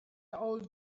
old